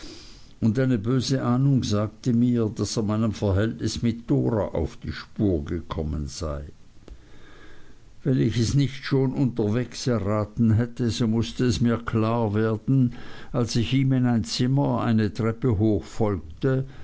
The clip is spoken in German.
und eine böse ahnung sagte mir daß er meinem verhältnis mit dora auf die spur gekommen sei wenn ich es nicht schon unterwegs erraten hätte so mußte es mir klar werden als ich ihm in ein zimmer eine treppe hoch folgte